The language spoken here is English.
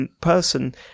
person